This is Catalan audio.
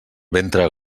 ventre